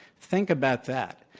think about that.